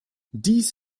dies